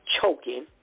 choking